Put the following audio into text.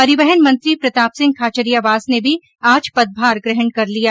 परिवहन मंत्री प्रताप सिंह खाचरियावास ने भी आज अपना पदभार ग्रहण कर लिया